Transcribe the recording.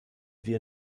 wir